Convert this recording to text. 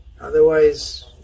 Otherwise